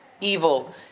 evil